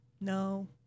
no